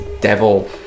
devil